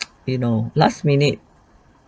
you know last minute